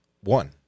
One